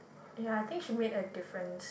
ya I think she made a difference